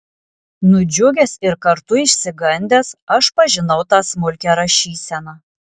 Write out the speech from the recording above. nudžiugęs ir kartu išsigandęs aš pažinau tą smulkią rašyseną